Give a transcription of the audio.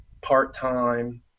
part-time